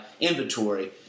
inventory